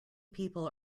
people